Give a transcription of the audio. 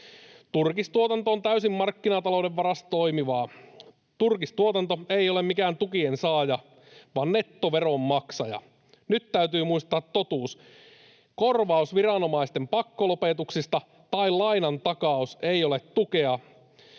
Turkistuotanto on täysin markkinatalouden varassa toimivaa. Turkistuotanto ei ole mikään tukien saaja, vaan nettoveronmaksaja. Nyt täytyy muistaa totuus: korvaus viranomaisten pakkolopetuksista tai lainan takaus eivät ole tukea.